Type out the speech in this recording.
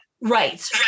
right